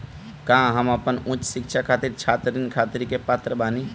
का हम अपन उच्च शिक्षा खातिर छात्र ऋण खातिर के पात्र बानी?